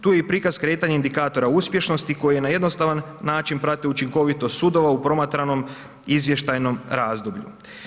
Tu je i prikaz kretanja indikatora uspješnosti koji na jednostavan način prate učinkovitost sudova u promatranom izvještajnom razdoblju.